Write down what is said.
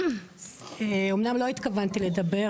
אמנם לא התכוונתי לדבר,